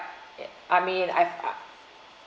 I mean I uh